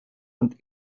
und